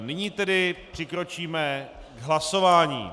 Nyní tedy přikročíme k hlasování.